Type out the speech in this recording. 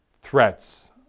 threats